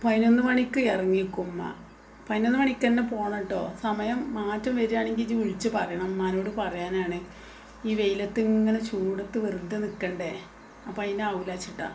പതിനൊന്ന് മണിക്ക് ഇറങ്ങി നിൽക്കും ഉമ്മ പതിനൊന്ന് മണിക്ക് തന്നെ പോണോട്ടോ സമയം മാറ്റം വരികയാണെങ്കിൽ ഇജ്ജ് വിളിച്ച് പറയണം ഇമ്മാനോട് വിളിച്ച് പറയാനാണ് ഈ വെയിലത്ത് ഇങ്ങനെ ചൂടത്ത് വെറുതെ നിൽക്കണ്ടേ അപ്പം അതിയിനാകില്ല വച്ചിട്ടാണ്